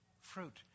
fruit